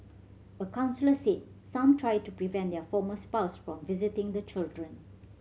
a counsellor said some try to prevent their former spouse from visiting the children